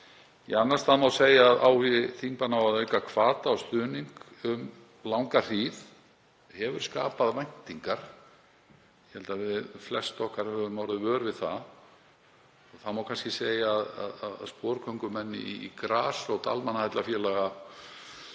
Í annan stað má segja að áhugi þingmanna á að auka hvata og stuðning um langa hríð hefur skapað væntingar. Ég held að við flest okkar höfum orðið vör við það. Það má kannski segja að sporgöngumenn í grasrót almannaheillafélaga